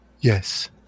yes